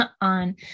on